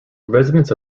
residents